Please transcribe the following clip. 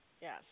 Yes